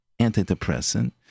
antidepressant